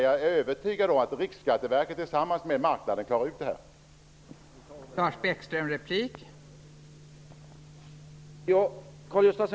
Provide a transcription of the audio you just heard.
Jag är övertygad om att Riksskatteverket klarar ut detta tillsammans med marknaden.